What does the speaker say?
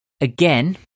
Again